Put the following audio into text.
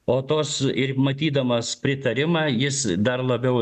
o tos ir matydamas pritarimą jis dar labiau